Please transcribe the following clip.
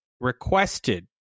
requested